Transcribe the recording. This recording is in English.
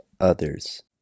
others